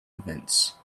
events